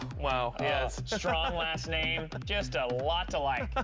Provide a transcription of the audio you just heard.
wow, yes. strong last name. just a lot to like,